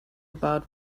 about